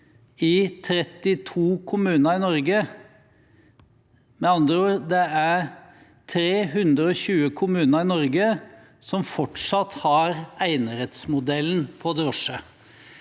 i 32 kommuner i Norge. Med andre ord: Det er 320 kommuner i Norge som fortsatt har enerettsmodellen på drosje.